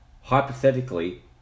Hypothetically